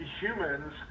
Humans